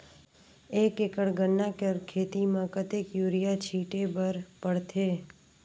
एक एकड़ गन्ना कर खेती म कतेक युरिया छिंटे बर पड़थे?